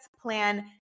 plan